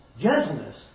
gentleness